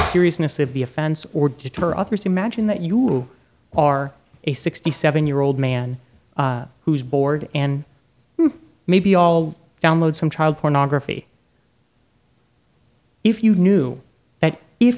seriousness of the offense or deter others imagine that you are a sixty seven year old man who is bored and maybe all download some child pornography if you knew that if